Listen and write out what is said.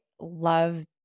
love